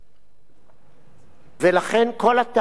לכן כל הטענות שלא דנו עם שופטים,